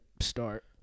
start